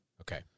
Okay